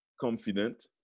confident